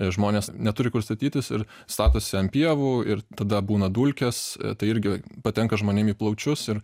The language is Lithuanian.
žmonės neturi kur statytis ir statosi ant pievų ir tada būna dulkės tai irgi patenka žmonėm į plaučius ir